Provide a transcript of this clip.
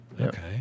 okay